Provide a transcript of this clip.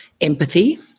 empathy